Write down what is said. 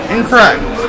Incorrect